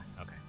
Okay